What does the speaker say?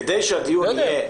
כדי שהדיון יהיה,